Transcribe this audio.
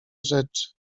rzeczy